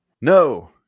No